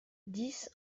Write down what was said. dix